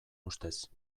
ustez